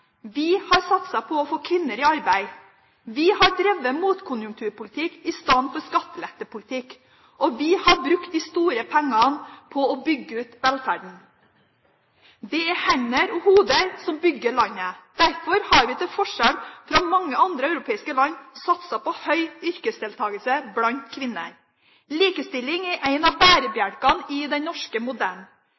vi har satset på å få kvinner i arbeid, vi har drevet motkonjunkturpolitikk i stedet for skattelettepolitikk, og vi har brukt de store pengene på å bygge ut velferden. Det er hender og hoder som bygger landet. Derfor har vi til forskjell fra mange andre europeiske land satset på høy yrkesdeltakelse blant kvinner. Likestilling er en av bærebjelkene i den norske modellen.